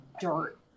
dirt